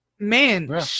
Man